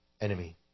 enemy